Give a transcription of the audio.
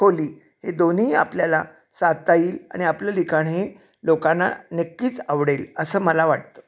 खोली हे दोन्हीही आपल्याला साधता येईल आणि आपलं लिखाण हे लोकांना नक्कीच आवडेल असं मला वाटतं